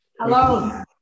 hello